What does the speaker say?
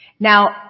Now